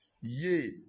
Yea